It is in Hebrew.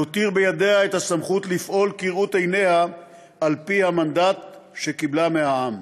להותיר בידיה את הסמכות לפעול כראות עיניה על-פי המנדט שקיבלה מהעם.